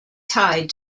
tied